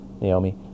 Naomi